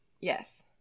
Yes